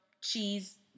cheese